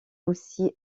aussi